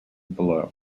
below